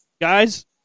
guys